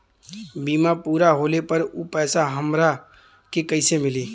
बीमा पूरा होले पर उ पैसा हमरा के कईसे मिली?